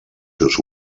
seus